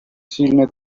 сильное